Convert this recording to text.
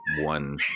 one